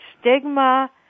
stigma